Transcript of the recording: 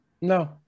No